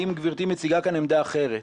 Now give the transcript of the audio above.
האם גברתי מציגה כאן עמדה אחרת?